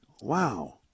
Wow